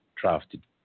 drafted